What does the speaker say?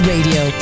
Radio